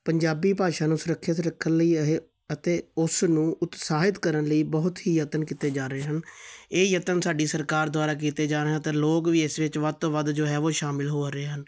ਪੰਜਾਬੀ ਭਾਸ਼ਾ ਨੂੰ ਸੁਰੱਖਿਅਤ ਰੱਖਣ ਲਈ ਇਹ ਅਤੇ ਉਸ ਨੂੰ ਉਤਸਾਹਿਤ ਕਰਨ ਲਈ ਬਹੁਤ ਹੀ ਯਤਨ ਕੀਤੇ ਜਾ ਰਹੇ ਹਨ ਇਹ ਯਤਨ ਸਾਡੀ ਸਰਕਾਰ ਦੁਆਰਾ ਕੀਤੇ ਜਾ ਰਹੇ ਹੈ ਤਾਂ ਲੋਕ ਵੀ ਇਸ ਵਿੱਚ ਵੱਧ ਤੋਂ ਵੱਧ ਜੋ ਹੈ ਵੋ ਸ਼ਾਮਿਲ ਹੋ ਰਹੇ ਹਨ